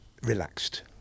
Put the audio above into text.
Relaxed